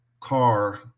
car